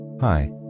Hi